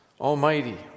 almighty